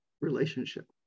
relationship